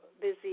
busy